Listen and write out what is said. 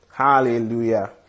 Hallelujah